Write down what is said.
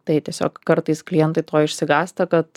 tai tiesiog kartais klientai to išsigąsta kad